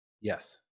Yes